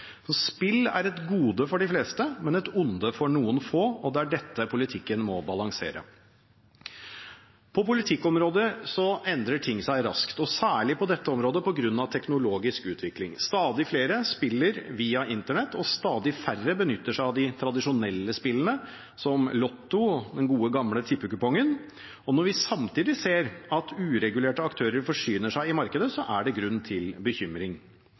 Spill er et gode for de fleste, men et onde for noen få, og det er dette politikken må balansere. På politikkområdet endrer ting seg raskt, særlig på dette området på grunn av teknologisk utvikling. Stadig flere spiller via internett og stadig færre benytter seg av de tradisjonelle spillene, som Lotto og den gode gamle tippekupongen. Når vi samtidig ser at uregulerte aktører forsyner seg i markedet, er det grunn til bekymring.